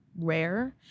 rare